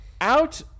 Out